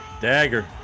Dagger